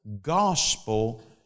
gospel